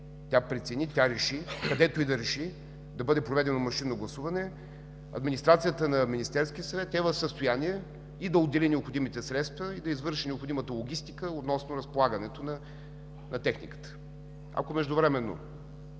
тя прецени, реши, където и да реши да бъде проведено машинно гласуване, администрацията на Министерския съвет е в състояние да отдели необходимите средства и извърши необходимата логистика относно разполагането на техниката. Ако междувременно